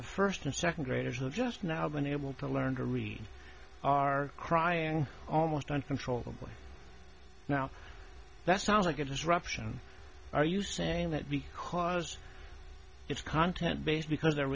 the first and second graders are just now been able to learn to read are crying almost uncontrollably now that sounds like a disruption are you saying that because it's content based because the